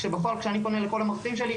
כשאני פונה לכל המרצים שלי,